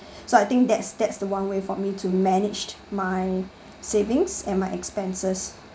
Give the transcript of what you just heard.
so I think that's that's the one way for me to managed my savings and my expenses